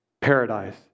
paradise